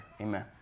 Amen